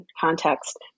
context